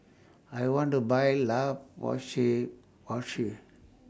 I want to Buy La Roche Porsay